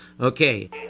Okay